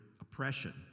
oppression